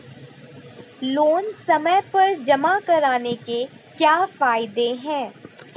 Loan समय पर जमा कराने के क्या फायदे हैं?